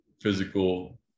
physical